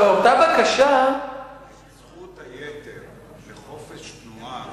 באותה בקשה, זכות היתר לחופש תנועה